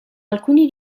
alcuni